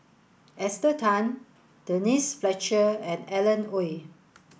Esther Tan Denise Fletcher and Alan Oei